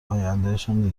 آیندهشان